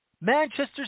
Manchester